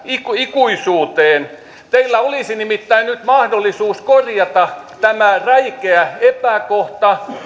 ikuisuuteen teillä olisi nimittäin nyt mahdollisuus korjata tämä räikeä epäkohta